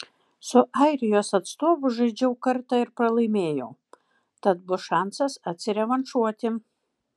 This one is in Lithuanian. su airijos atstovu žaidžiau kartą ir pralaimėjau tad bus šansas atsirevanšuoti